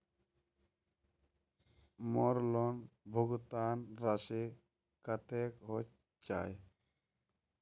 मोर लोन भुगतान राशि कतेक होचए?